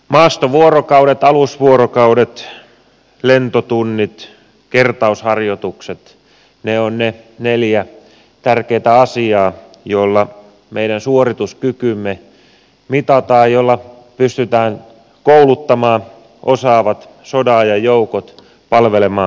maastovuorokaudet alusvuorokaudet lentotunnit kertausharjoitukset ne ovat ne neljä tärkeätä asiaa joilla meidän suorituskykymme mitataan joilla pystytään kouluttamaan osaavat sodan ajan joukot palvelemaan isänmaatamme